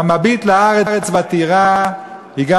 "המביט לארץ ותרעד יגע